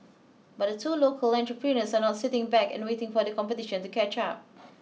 but the two local entrepreneurs are not sitting back and waiting for the competition to catch up